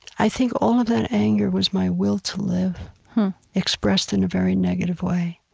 i think all of that anger was my will to live expressed in a very negative way